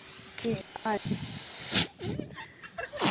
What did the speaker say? ठीक अच्छ